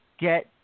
get